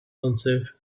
unsafe